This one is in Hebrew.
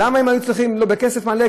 למה הם היו צריכים בכסף מלא?